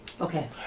Okay